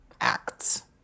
acts